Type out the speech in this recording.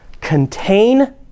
Contain